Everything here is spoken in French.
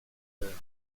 veuve